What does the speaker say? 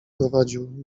prowadził